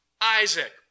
Isaac